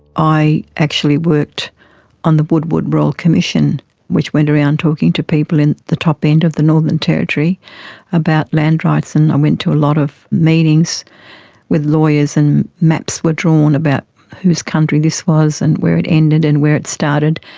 i actually worked on the woodward royal commission which went around talking to people in the top end of the northern territory about land rights, and um i went to a lot of meetings with lawyers, and maps were drawn about whose country this was and where it ended and where it started.